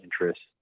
interests